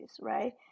right